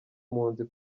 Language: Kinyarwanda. mpunzi